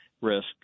risk